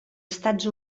estats